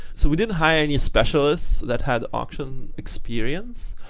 so we didn't hire any specialists that had auction experience,